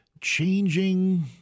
changing